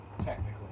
technically